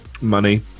money